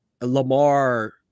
Lamar –